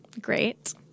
Great